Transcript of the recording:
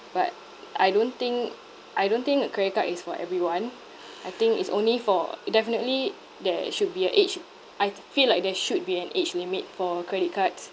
but I don't think I don't think that credit card is for everyone I think it's only for it definitely there should be a age I feel like there should be an age limit for credit cards